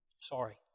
Sorry